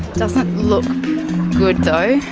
doesn't look good, though,